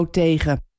tegen